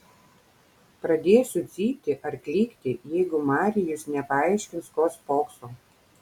pradėsiu cypti ar klykti jeigu marijus nepaaiškins ko spokso